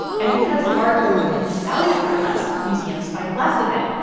and because art by women is valued for less, museums buy less of it.